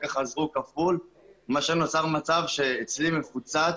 כך חזרו כפול כך שנוצר מצב שאצלי מפוצץ